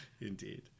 Indeed